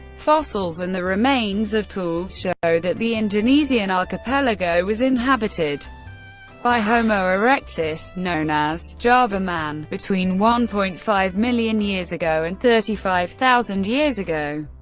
fossils and the remains of tools show that the indonesian archipelago was inhabited by homo erectus, known as java man, between one point five million years ago and thirty five thousand years ago.